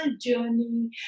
journey